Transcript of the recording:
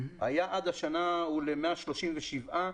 היעד השנה הוא ל-137,000.